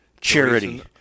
charity